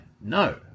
no